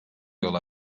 yol